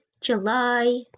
July